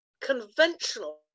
conventional